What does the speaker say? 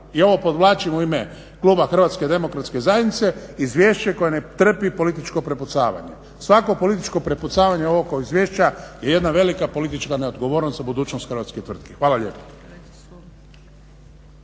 i ovo podvlačim u ime kluba HDZ-a izvješće koje ne trpi političko prepucavanje. Svako političko prepucavanje oko ovog izvješća je jedna velika politička neodgovornost za budućnost hrvatskih tvrtki. Hvala lijepo.